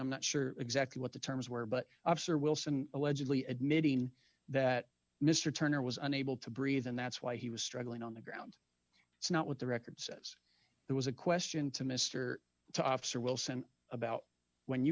i'm not sure exactly what the terms were but after wilson allegedly admitting that mr turner was unable to breathe and that's why he was struggling on the ground it's not what the record says it was a question to mr to officer wilson about when you